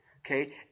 Okay